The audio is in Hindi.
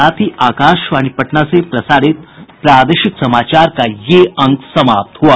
इसके साथ ही आकाशवाणी पटना से प्रसारित प्रादेशिक समाचार का ये अंक समाप्त हुआ